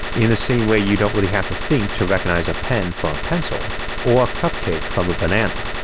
in the same way you don't really have to think to recognize a pen from a pencil or a cupcake from a banana,